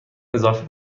اضافه